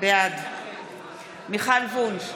בעד מיכל וונש,